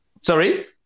Sorry